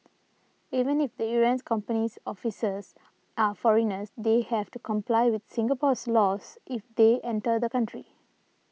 even if the errant company's officers are foreigners they have to comply with Singapore's laws if they enter the country